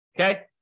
Okay